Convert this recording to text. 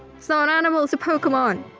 so an animal it's a pokemon.